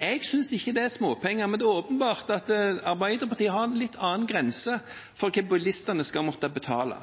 Jeg synes ikke det er småpenger, men det er åpenbart at Arbeiderpartiet har en litt annen grense for hva bilistene skal måtte betale.